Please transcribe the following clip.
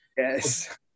Yes